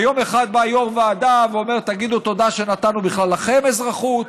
ויום אחד בא יו"ר ועדה ואומר: תגידו תודה שנתנו לכם בכלל אזרחות.